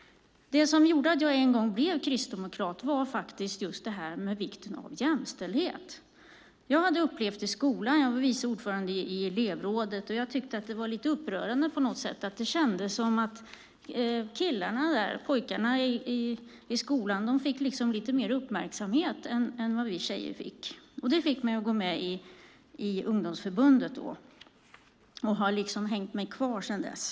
Det som gjorde att jag en gång blev kristdemokrat var vikten av jämställdhet. Jag var vice ordförande i elevrådet i skolan. Jag tyckte att det var lite upprörande att det kändes som att killarna i skolan fick lite mer uppmärksamhet än vad vi tjejer fick. Det fick mig att gå med i ungdomsförbundet, och jag har hängt kvar sedan dess.